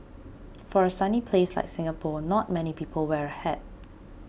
for a sunny place like Singapore not many people wear a hat